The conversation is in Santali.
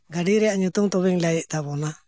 ᱜᱟᱹᱰᱤ ᱨᱮᱭᱟᱜ ᱧᱩᱛᱩᱢ ᱛᱚᱵᱮᱧ ᱞᱟᱹᱭᱮᱫ ᱛᱟᱵᱚᱱᱟ